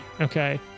Okay